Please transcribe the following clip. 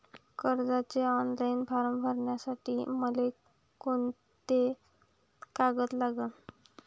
कर्जाचे online form भरासाठी मले कोंते कागद लागन?